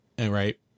Right